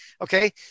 okay